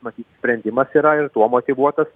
matyt sprendimas yra ir tuo motyvuotas